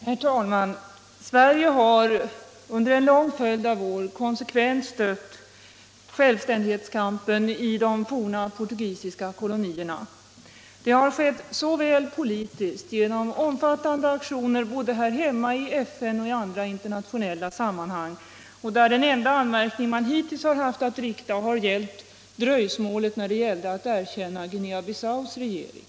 Herr talman! Sverige har under en lång följd av år konsekvent stött självständighetskampen i de forna portugisiska kolonierna. Det har skett politiskt genom omfattande aktioner både här hemma, i FN och i andra internationella sammanhang. Den enda anmärkning man hittills har haft att rikta mot regeringen har gällt dröjsmålet med att erkänna Guinea Bissaus regering.